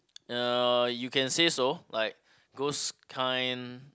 uh you can say so like ghost kind